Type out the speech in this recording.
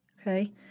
Okay